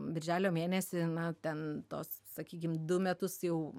birželio mėnesį na ten tos sakykim du metus jau